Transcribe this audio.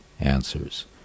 answers